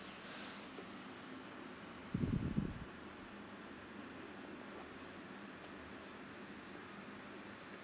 (uh huh)